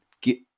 get